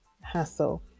hassle